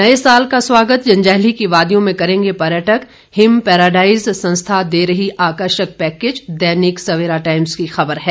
नए साल का स्वागत जंजैहली की वादियों में करेंगे पर्यटक हिम पैराडाइज संस्था दे रही आकर्षक पैकेज दैनिक सवेरा टाइम्स की खबर है